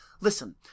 listen